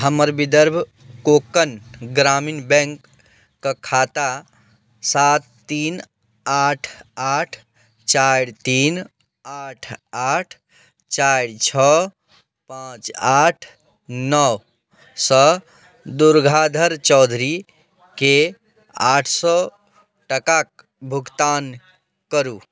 हमर विदर्भ कोंकण ग्रामीण बैँकके खाता सात तीन आठ आठ चारि तीन आठ आठ चारि छओ पाँच आठ नओसँ दुर्गाधर चौधरीके आठ सओ टाकाके भुगतान करू